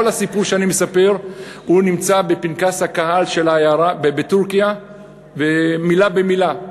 כל הסיפור שאני מספר נמצא בפנקס הקהל של העיירה בטורקיה מילה במילה,